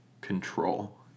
control